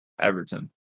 Everton